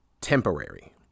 temporary